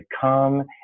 come